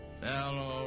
fellow